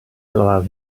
allow